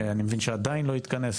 אני מבין שעדיין לא התכנס,